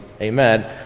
amen